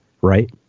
right